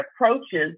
approaches